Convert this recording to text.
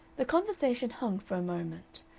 the conversation hung for a moment.